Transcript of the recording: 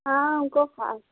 हाँ हमको आप